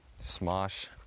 smosh